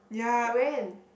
when